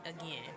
again